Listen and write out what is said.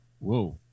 Whoa